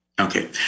Okay